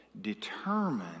determine